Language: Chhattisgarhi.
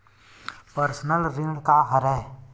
पर्सनल ऋण का हरय?